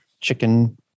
chicken